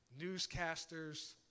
newscasters